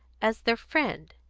as their friend.